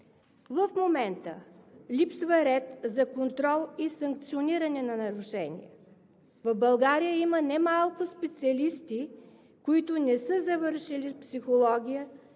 В момента липсва ред за контрол и санкциониране на нарушения. В България има немалко специалисти, които не са завършили психология,